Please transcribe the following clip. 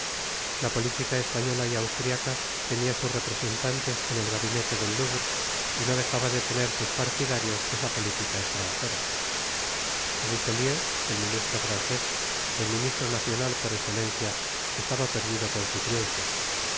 la politica española y austriaca tenia sus representantes en el gabinete det louvre y no dejaba de tener sus partidarios esa potitica estranjera richelieu el mimstro francés el ministro nacional por escelencia estaba perdido con su triunfo